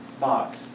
box